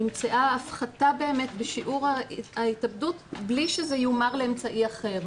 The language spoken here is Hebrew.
נמצאה הפחתה באמת בשיעור ההתאבדות בלי שזה יומר לאמצעי אחר.